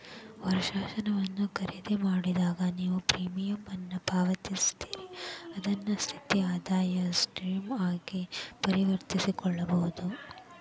ವರ್ಷಾಶನವನ್ನ ಖರೇದಿಮಾಡಿದಾಗ, ನೇವು ಪ್ರೇಮಿಯಂ ಅನ್ನ ಪಾವತಿಸ್ತೇರಿ ಅದನ್ನ ಸ್ಥಿರ ಆದಾಯದ ಸ್ಟ್ರೇಮ್ ಆಗಿ ಪರಿವರ್ತಿಸಕೊಳ್ಬಹುದು